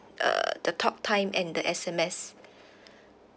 uh the talk time and the S_M_S